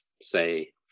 Say